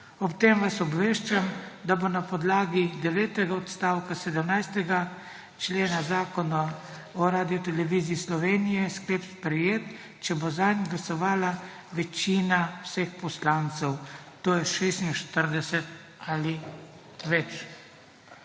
Ob tem vas obveščam, da bo na podlagi devetega odstavka 17. člena Zakona o Radioteleviziji Slovenija, sklep sprejet, če bo zanj glasovala večina vseh poslancev, to je 46 ali več.